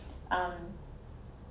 um